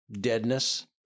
deadness